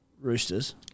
Roosters